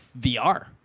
VR